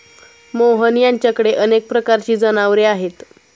मोहन यांच्याकडे अनेक प्रकारची जनावरे आहेत